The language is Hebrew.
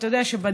אתה יודע שבדקתי,